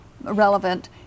relevant